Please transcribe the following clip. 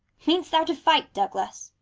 meanst thou to fight, douglas?